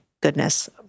goodness